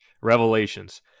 Revelations